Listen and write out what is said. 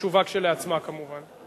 שחשובה כשלעצמה, כמובן.